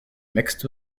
mixed